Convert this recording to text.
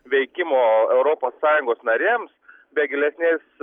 veikimo europos sąjungos narėms be gilesnės